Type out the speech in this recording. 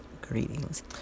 Greetings